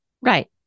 Right